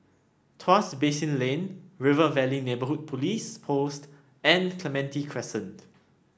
Tuas Basin Lane River Valley Neighbourhood Police Post and Clementi Crescent